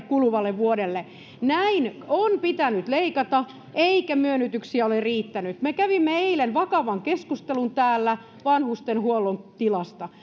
kuluvalle vuodelle näin on pitänyt leikata eikä myönnytyksiä ole riittänyt me kävimme eilen vakavan keskustelun täällä vanhustenhuollon tilasta